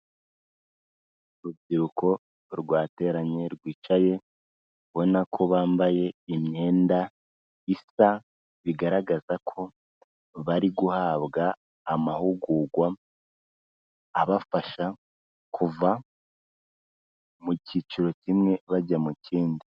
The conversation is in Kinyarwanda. Urubyiruko rwateranye rwicaye, ubona ko bambaye imyenda isa, bigaragaza ko bari guhabwa amahugurwa abafasha kuva mu cyiciro kimwe bajya mu kindi.